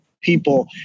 people